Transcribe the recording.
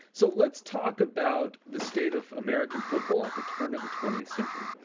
so let's talk about the state of american football at the turn of the twentieth century,